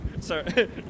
Sorry